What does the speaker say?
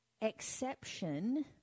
exception